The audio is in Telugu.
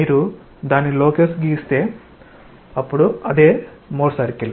మీరు దాని లోకస్ గీస్తే అప్పుడు అదే మోర్ సర్కిల్